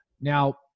Now